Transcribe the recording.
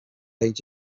middle